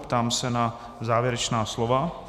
Ptám se na závěrečná slova.